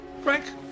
Frank